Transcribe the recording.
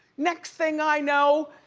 next thing i know,